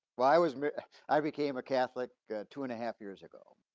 why was, i became a catholic two and a half years ago,